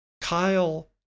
Kyle